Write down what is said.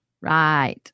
Right